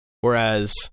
whereas